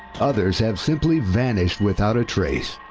others have simply vanished without a trace,